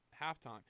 halftime